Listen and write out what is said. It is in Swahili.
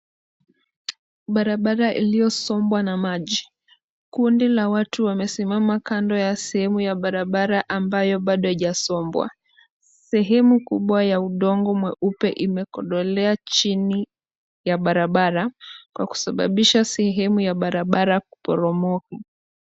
Barabara iliyosombwa na maji, kundi la watu wamesimama kando ya sehemu ya barabara ambayo bado haijasombwa. Sehemu kubwa ya udongo mweupe imekodolea chini ya barabara kwa kusababisha sehemu ya barabara kuporomoka.